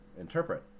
interpret